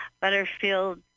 Butterfield